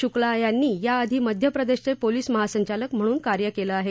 शुक्ला यांनी याआधी मध्यप्रदेशचे पोलिस महासंचालक म्हणून कार्य केलं आहे